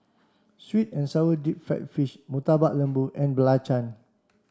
sweet and sour deep fried fish Murtabak Lembu and Belacan